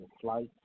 flights